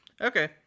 Okay